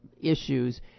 issues